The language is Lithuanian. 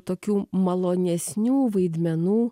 tokių malonesnių vaidmenų